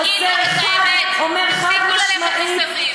תטילו חנק, תפסיקו ללכת מסביב.